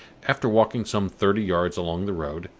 after walking some thirty yards along the road,